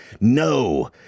No